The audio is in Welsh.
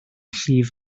llif